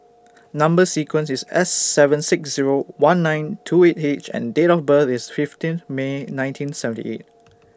Number sequence IS S seven six Zero one nine two eight H and Date of birth IS fifteen May nineteen seventy eight